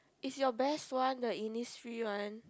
is your best one the Innisfree one